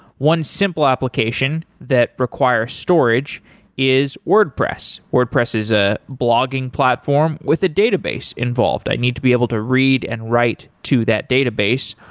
one simple application that requires storage is wordpress. wordpress is a blogging platform with a database involved. i need to be able to read and write to that database.